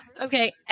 okay